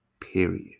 period